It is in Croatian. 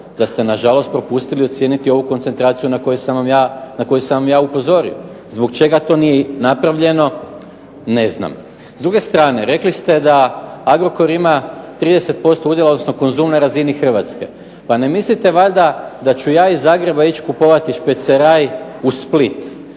da ste na žalost propustili ocijeniti ovu koncentraciju na koju sam vam ja upozorio. Zbog čega to nije napravljeno, ne znam. S druge strane rekli ste da Agrokor ima 30% udjela, odnosno Konzum na razini Hrvatske. Pa ne mislite valjda da ću ja iz Zagreba ići kupovati špeceraj u Split.